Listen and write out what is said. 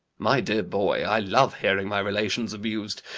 my dear boy, i love hearing my relations abused.